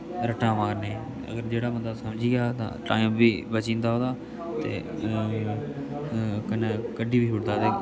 रट्टा मारने दी अगर जेह्ड़ा बंदा समझी गेआ तां टाइम बी बची जंदा ओह्दा ते कन्नै कड्ढी बी छुड़दा ते